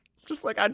it's just like,